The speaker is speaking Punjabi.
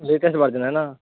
ਲੇਟੈਸਟ ਵਰਜਨ ਹੈ ਨਾ